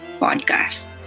podcast